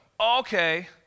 Okay